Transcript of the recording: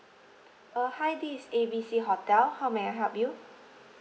uh hi this A B C hotel how may I help you